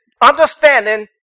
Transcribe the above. understanding